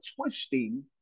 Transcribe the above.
twisting